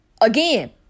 again